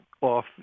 off